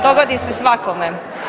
Dogodi se svakome.